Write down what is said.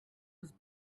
was